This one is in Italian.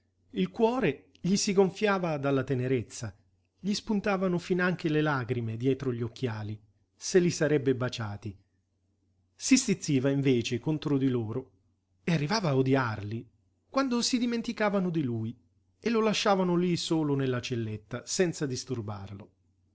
il cuore gli si gonfiava dalla tenerezza gli spuntavano finanche le lagrime dietro gli occhiali se li sarebbe baciati si stizziva invece contro di loro e arrivava a odiarli quando si dimenticavano di lui e lo lasciavano lí solo nella celletta senza disturbarlo